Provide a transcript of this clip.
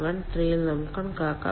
13 ൽ നമുക്ക് കണക്കാക്കാം